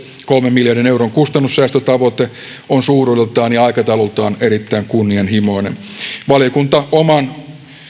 kolmen miljardin euron kustannussäästötavoite on suuruudeltaan ja aikataulultaan erittäin kunnianhimoinen valiokunta oman